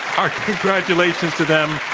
our congratulations to them.